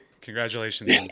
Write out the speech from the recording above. congratulations